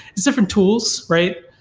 different tools, right?